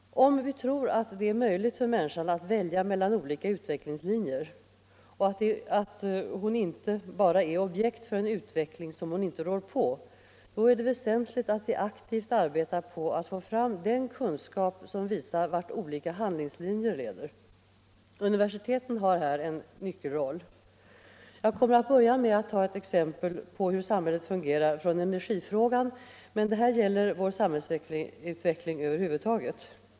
Om vi tror att det är möjligt för människan att välja mellan olika utvecklingslinjer och att hon inte bara är objekt för en utveckling som hon inte rår på, då är det väsentligt att vi aktivt arbetar på att få fram en kunskap som visar vart olika handlingslinjer leder. Universiteten har här en nyckelroll. Jag kommer att börja med att från energifrågan ta exempel på hur samhället fungerar, men det här gäller vår samhällsutveckling över huvud taget.